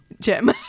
Jim